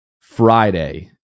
Friday